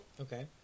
Okay